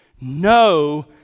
No